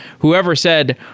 whoever said,